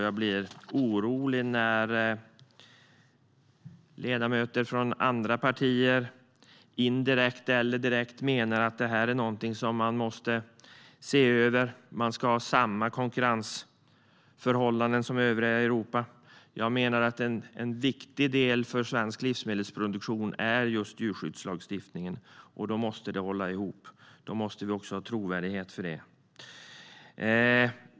Jag blir orolig när ledamöter från andra partier indirekt eller direkt menar att det här är något som måste ses över och att vi ska ha samma konkurrensförhållanden som övriga Europa. Jag menar att en viktig del för svensk livsmedelsproduktion är just djurskyddslagstiftningen. Då måste vi också ha trovärdighet för det.